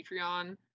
Patreon